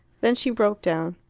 then she broke down.